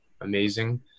amazing